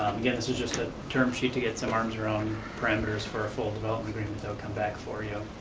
again, this is just a term sheet to get some arms around parameters for a full development agreement, that would come back for you,